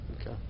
Okay